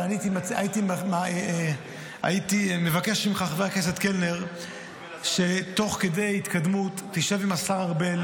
אבל הייתי מבקש ממך שתוך כדי התקדמות תשב עם השר ארבל.